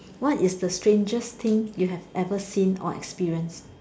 what is the strangest thing you have ever seen or experienced